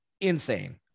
insane